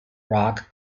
rock